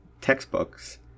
textbooks